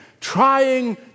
trying